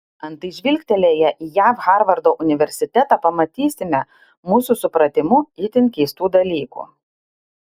antai žvilgtelėję į jav harvardo universitetą pamatysime mūsų supratimu itin keistų dalykų